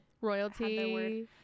Royalty